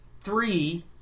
three